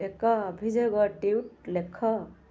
ଏକ ଅଭିଯୋଗ ଟ୍ୱିଟ୍ ଲେଖ